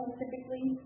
typically